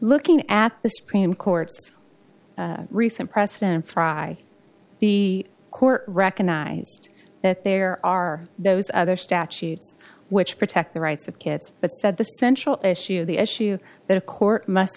looking at the supreme court's recent precedent and try the court recognized that there are those other statutes which protect the rights of kids but that the central issue of the issue that a court must